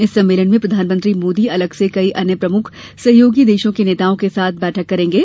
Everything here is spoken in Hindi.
इस सम्मेलन से प्रधानमंत्री मोदी अलग से कई अन्य प्रमुख सहयोगी देशों के नेताओं के साथ बैठक करेंगे